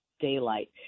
daylight